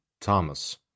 Thomas